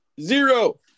Zero